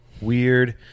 weird